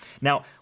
Now